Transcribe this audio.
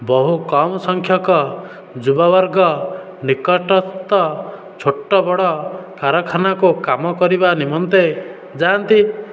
ବହୁ କମ ସଂଖ୍ୟକ ଯୁବବର୍ଗ ନିକଟସ୍ଥ ଛୋଟ ବଡ଼ ଖାରଖାନକୁ କାମ କରିବା ନିମନ୍ତେ ଯାଆନ୍ତି